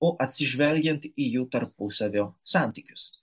o atsižvelgiant į jų tarpusavio santykius